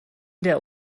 der